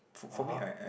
(uh huh)